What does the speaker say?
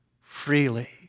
freely